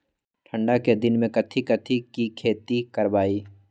ठंडा के दिन में कथी कथी की खेती करवाई?